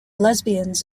lesbians